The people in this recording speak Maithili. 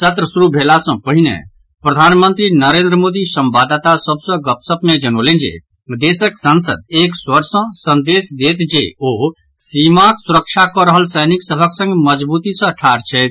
सत्र शुरू भेला सँ पहिने प्रधानमंत्री नरेन्द्र मोदी संवाददाता सभ सऽ गपशप मे जनौलनि जे देशक संसद एक स्वर सँ संदेश देत जे ओ सीमाक सुरक्षा कऽ रहल सैनिक सभक संग मजगूती सँ ढ़ाढ छथि